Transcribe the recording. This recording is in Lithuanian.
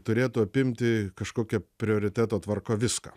turėtų apimti kažkokia prioriteto tvarka viską